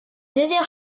désert